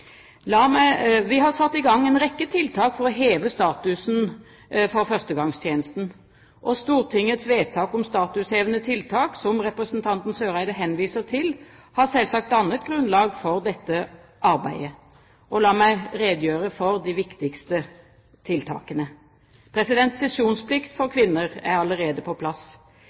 Vi har satt i gang en rekke tiltak for å heve statusen for førstegangstjenesten. Stortingets vedtak om statushevende tiltak, som representanten Eriksen Søreide henviser til, har selvsagt dannet grunnlag for dette arbeidet. La meg redegjøre for de viktigste tiltakene. Sesjonsplikt for kvinner er allerede på plass.